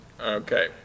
Okay